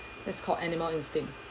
that's called animal instinct